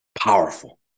powerful